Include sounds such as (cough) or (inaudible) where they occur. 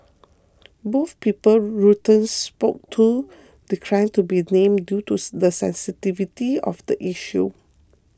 both people Reuters spoke to declined to be named due to (unintelligible) the sensitivity of the issue